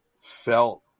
felt